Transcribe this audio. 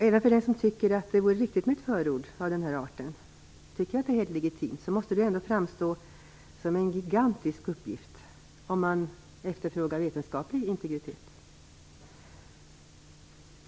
Även för den som tycker att det vore riktigt med ett förord av denna art, som tycker att det är helt legitimt, måste tillskapandet av ett förord ändå framstå som en gigantisk uppgift om man efterfrågar vetenskaplig integritet.